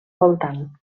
voltant